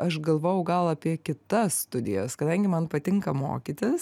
aš galvojau gal apie kitas studijas kadangi man patinka mokytis